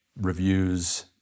reviews